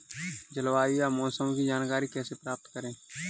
जलवायु या मौसम की जानकारी कैसे प्राप्त करें?